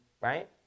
Right